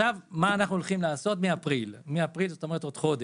מה אנחנו הולכים לעשות מאפריל, כלומר, עוד חודש: